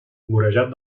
vorejat